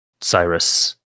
Cyrus